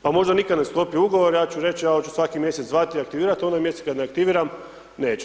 Pa možda nikad ne sklopim ugovor, ja ću reći, ja hoću svaki mjesec zvati i aktivirati, onaj mjesec kad ne aktiviram, neću.